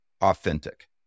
authentic